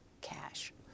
cash